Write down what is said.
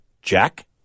jack